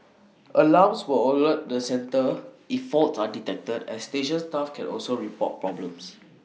alarms will alert the centre if faults are detected and station staff can also report problems